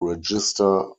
register